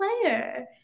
player